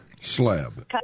slab